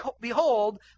Behold